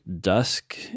dusk